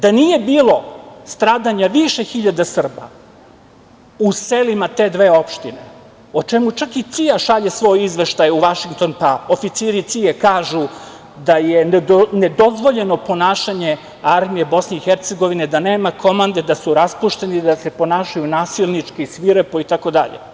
Da nije bilo stradanja više hiljada Srba u selima te dve opštine, o čemu čak i CIA šalje svoj izveštaj u Vašington, pa oficiri CIA kažu da je nedozvoljeno ponašanje armije BiH, da nema komande, da su raspušteni, da se ponašaju nasilnički, svirepo, itd.